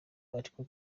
ariko